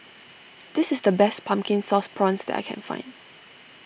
this is the best Pumpkin Sauce Prawns that I can find